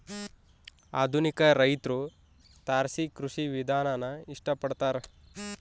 ಆಧುನಿಕ ರೈತ್ರು ತಾರಸಿ ಕೃಷಿ ವಿಧಾನಾನ ಇಷ್ಟ ಪಡ್ತಾರ